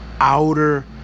outer